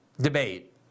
debate